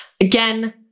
Again